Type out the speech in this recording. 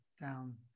down